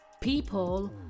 people